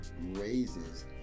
raises